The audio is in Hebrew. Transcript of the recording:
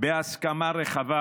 בהסכמה רחבה,